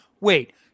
Wait